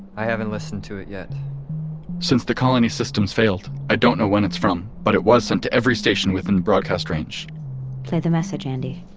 i haven't listened to it yet since the colony systems failed, i don't know when it's from, but it was sent to every station within broadcast range play the message andi